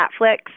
Netflix